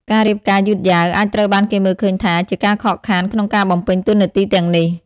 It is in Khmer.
ការរៀបការយឺតយ៉ាវអាចត្រូវបានគេមើលឃើញថាជាការខកខានក្នុងការបំពេញតួនាទីទាំងនេះ ។